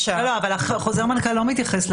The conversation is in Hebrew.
ואם יש, נבקש לקבל